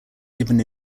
given